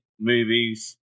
Movies